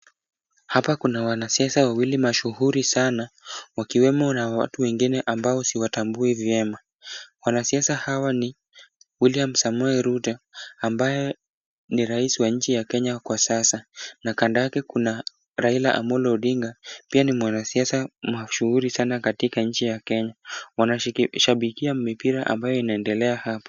Hapa kuna wanasiasa wawili mashuhuri sana, wa kiwemo na watu wengine ambao siwatambui vyema. Wanasiasa hawa ni William Samoi Ruto, ambaye ni rais wa nchi ya Kenya kwa sasa, na kanda yake kuna Raila Amolo Odinga, pia ni mwanasiasa. Mashuhuri sana katika nchi ya Kenya. Wanashabikia mipira ambayo inaendelea hapa.